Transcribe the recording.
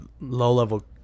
low-level